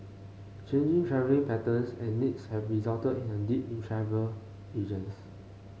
changing travelling patterns and needs have resulted in a dip in travel agents